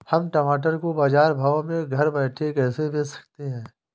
हम टमाटर को बाजार भाव में घर बैठे कैसे बेच सकते हैं?